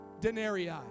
denarii